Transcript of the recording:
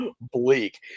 bleak